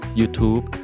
YouTube